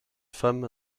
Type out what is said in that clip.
femme